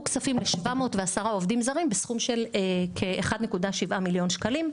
כספים לכ-710 עובדים זרים בסכום של 1.7 מיליון שקלים.